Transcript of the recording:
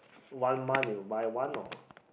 one month you buy one or